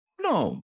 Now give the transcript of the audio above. No